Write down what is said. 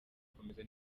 ikomeje